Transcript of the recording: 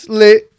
lit